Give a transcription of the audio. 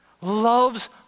loves